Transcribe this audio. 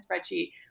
spreadsheet